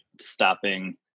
stopping